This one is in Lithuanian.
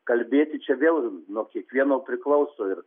kalbėti čia vėl nuo kiekvieno priklauso ir